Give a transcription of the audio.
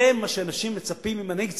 זה מה שהאנשים מצפים ממנהיג ציבור,